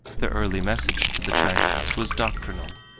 the early message to the chinese was doctrinal.